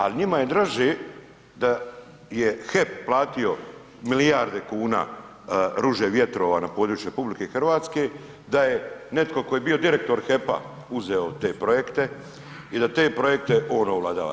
Ali njima je draže da je HEP platio milijarde kuna ruže vjetrova na području RH, da je netko tko je bio direktor HEP-a uzeo te projekte i da te projekte on ovladava.